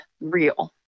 real